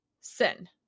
sin